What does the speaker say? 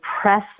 press